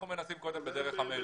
אנחנו מנסים קודם בדרך המלך.